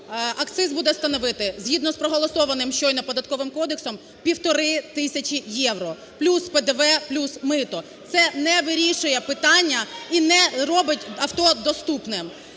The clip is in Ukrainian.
акциз буде становити, згідно з проголосованим щойно Податковим кодексом, півтори тисячі євро, плюс ПДВ, плюс мито. Це не вирішує питання і не робить авто доступним.